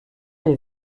est